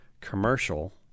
commercial